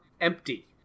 empty